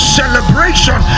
celebration